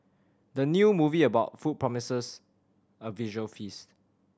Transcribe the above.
the new movie about food promises a visual feast